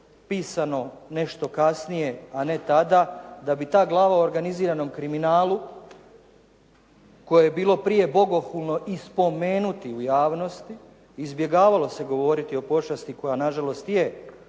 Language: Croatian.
pisano nešto kasnije, a ne tada da bi ta glava u organiziranom kriminalu koje je bilo prije bogohulno i spomenuti u javnosti, izbjegavalo se govoriti o pošasti koja na žalost je okupirala